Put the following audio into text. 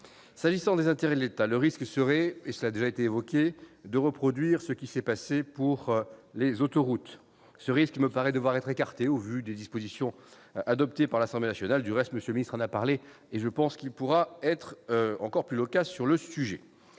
S'agissant des intérêts de l'État, le risque serait, comme il a été indiqué, de reproduire ce qui s'est passé pour les autoroutes. Ce risque me paraît devoir être écarté, au vu des dispositions adoptées par l'Assemblée nationale. M. le ministre en parlé, et je pense qu'il pourra être encore plus loquace sur le sujet.